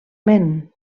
ment